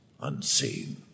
unseen